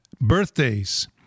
birthdays